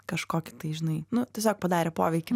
kažkokį tai žinai nu tiesiog padarė poveikį